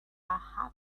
half